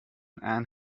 and